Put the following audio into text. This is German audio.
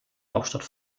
hauptstadt